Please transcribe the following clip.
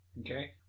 Okay